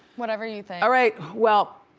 whatever you alright, well,